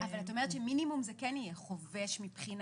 אבל את אומרת שמינימום זה כן יהיה חובש מבחינתכם,